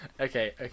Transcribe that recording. okay